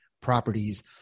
Properties